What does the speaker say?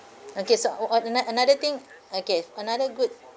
okay so uh on ano~ another thing okay another good